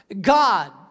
God